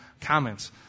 comments